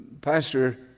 Pastor